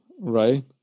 Right